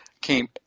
came